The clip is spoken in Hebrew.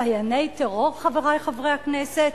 "סייעני טרור", חברי חברי הכנסת?